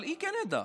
אבל היא כן ידעה,